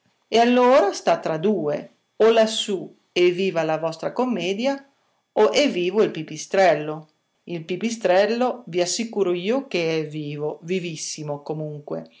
e allora sta tra due o lassù è viva la vostra commedia o è vivo il pipistrello il pipistrello vi assicuro io che è vivo vivissimo comunque